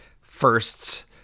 firsts